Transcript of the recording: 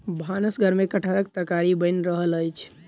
भानस घर में कटहरक तरकारी बैन रहल अछि